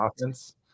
offense